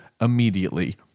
immediately